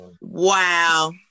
Wow